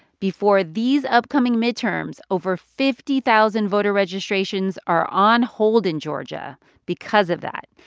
before these upcoming midterms, over fifty thousand voter registrations are on hold in georgia because of that,